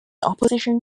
opposition